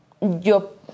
yo